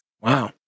Wow